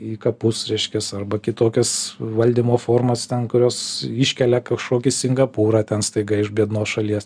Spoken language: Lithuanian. į kapus reiškias arba kitokias valdymo formas ten kurios iškelia kažkokį singapūrą ten staiga iš biednos šalies